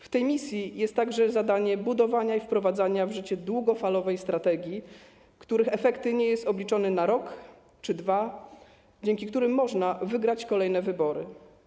W tej misji jest także zadanie budowania i wprowadzania w życie długofalowych strategii, których efekty nie są obliczone na rok czy dwa, dzięki którym można wygrać kolejne wybory.